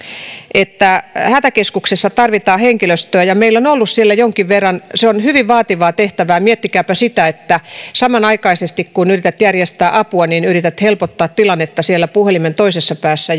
että hätäkeskuksessa tarvitaan henkilöstöä ja meillä on on ollut siellä jonkin verran se on hyvin vaativa tehtävä miettikääpä sitä että samanaikaisesti kun yrität järjestää apua niin yrität helpottaa tilannetta siellä puhelimen toisessa päässä